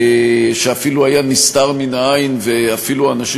שאפילו היה נסתר מן העין ואפילו אנשים